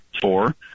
Four